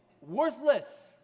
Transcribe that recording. worthless